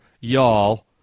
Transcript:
y'all